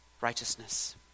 righteousness